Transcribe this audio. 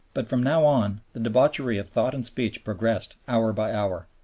but from now on, the debauchery of thought and speech progressed hour by hour.